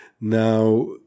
Now